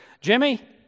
Jimmy